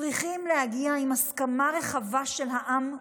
צריכים להגיע עם הסכמה רחבה של העם כולו,